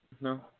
no